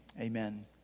Amen